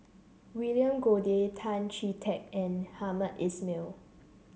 William Goode Tan Chee Teck and Hamed Ismail